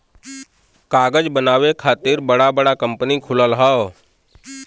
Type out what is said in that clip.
कागज बनावे खातिर बड़ा बड़ा कंपनी खुलल हौ